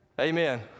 Amen